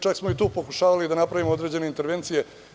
Čak smo i tu pokušavali da napravimo određene intervencije.